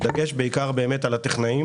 דגש על הטכנאים.